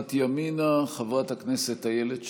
סיעת ימינה, חברת הכנסת איילת שקד.